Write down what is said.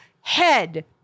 Head